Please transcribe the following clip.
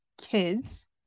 kids